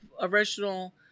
original